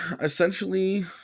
essentially